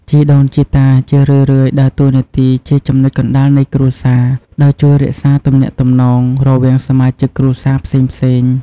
ជីដូនជីតាជារឿយៗដើរតួនាទីជាចំណុចកណ្តាលនៃគ្រួសារ ដោយជួយរក្សាទំនាក់ទំនងរវាងសមាជិកគ្រួសារផ្សេងៗ។